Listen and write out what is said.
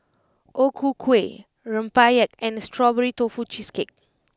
O Ku Kueh Rempeyek and Strawberry Tofu Cheesecake